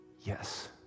yes